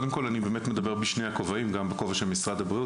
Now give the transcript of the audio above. קודם כל אני באמת מדבר בשני הכובעים גם בכובע של משרד הבריאות